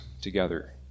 together